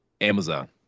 Amazon